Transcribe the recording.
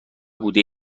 بوده